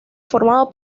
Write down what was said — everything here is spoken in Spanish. formado